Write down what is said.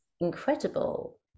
incredible